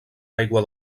aigua